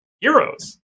heroes